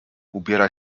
ubiera